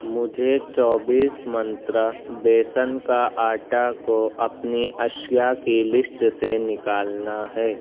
مجھے چوبیس منترا بیسن کا آٹا کو اپنی اشیا کی لسٹ سے نکالنا ہے